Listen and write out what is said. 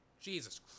Jesus